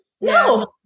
No